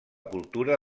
cultura